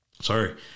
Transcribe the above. sorry